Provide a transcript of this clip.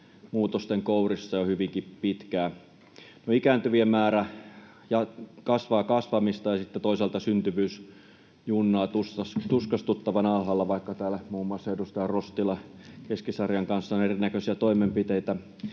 muutosten kourissa jo hyvinkin pitkään. No, ikääntyvien määrä kasvaa kasvamistaan, ja sitten toisaalta syntyvyys junnaa tuskastuttavan alhaalla. Vaikka täällä muun muassa edustaja Rostila edustaja Keskisarjan kanssa on erinäköisiä toimenpiteitä